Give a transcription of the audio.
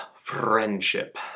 friendship